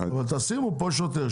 אבל תשימו פה שוטר,